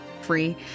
free